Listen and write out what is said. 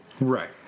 Right